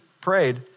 prayed